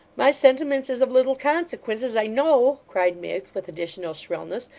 my sentiments is of little consequences, i know cried miggs, with additional shrillness,